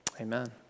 Amen